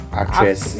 actress